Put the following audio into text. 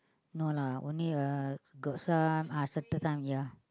no lah only uh got some ah certain some yeah